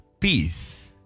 Peace